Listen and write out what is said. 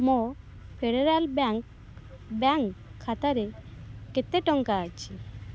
ମୋର federal bank bank ଖାତାରେ କେତେ ଟଙ୍କା ଅଛି